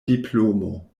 diplomo